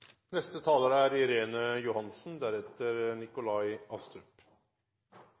Neste taler er representanten Irene Johansen.